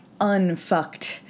unfucked